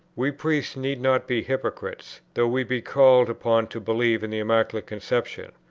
we priests need not be hypocrites, though we be called upon to believe in the immaculate conception.